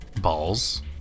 balls